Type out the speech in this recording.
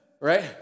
Right